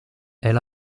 elle